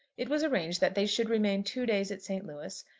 it was arranged that they should remain two days at st. louis,